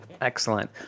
Excellent